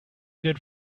good